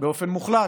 באופן מוחלט,